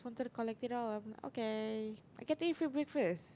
got to collect it all I'm okay I getting free breakfast